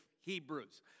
Hebrews